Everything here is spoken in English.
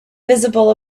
visible